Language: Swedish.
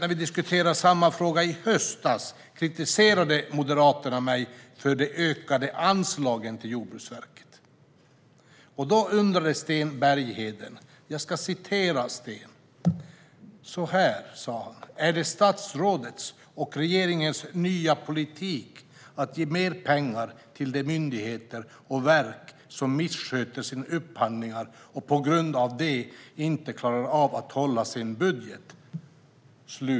När vi diskuterade samma fråga i höstas kritiserade Moderaterna mig för de ökade anslagen till Jordbruksverket. Då undrade Sten Bergheden följande. Jag ska citera Sten. Så här sa han: "Är det statsrådets och regeringens nya politik att ge mer pengar till de myndigheter och verk som missköter sina upphandlingar och på grund av det inte klarar av att hålla sin budget?"